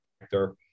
factor